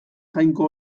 jainko